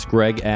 Greg